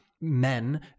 men